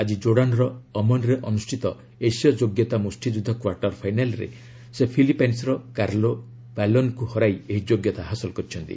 ଆଜି କୋର୍ଡାନ୍ର ଅମନ୍ରେ ଅନୁଷ୍ଠିତ ଏସୀୟ ଯୋଗ୍ୟତା ମୁଷ୍ଟିଯୁଦ୍ଧ କ୍ୱାର୍ଟର୍ ଫାଇନାଲ୍ରେ ସେ ଫିଲିପାଇନ୍ସର କାର୍ଲୋ ପାଲନ୍ଙ୍କୁ ହରାଇ ଏହି ଯୋଗ୍ୟତା ହାସଲ କରିଛନ୍ତି